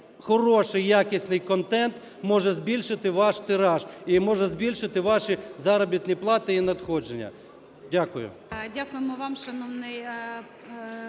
хороший, якісний контент може збільшити ваш тираж і може збільшити ваші заробітні плати і надходження. Дякую.